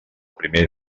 primer